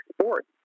sports